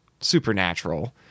supernatural